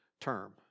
term